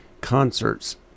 concerts